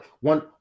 one